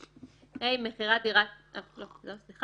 גם המאוחר הזה הוא לא הרבה זמן,